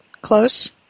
close